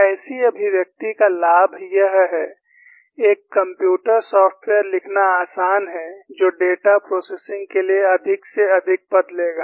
ऐसी अभिव्यक्ति का लाभ यह है एक कंप्यूटर सॉफ्टवेयर लिखना आसान है जो डेटा प्रोसेसिंग के लिए अधिक से अधिक पद लेगा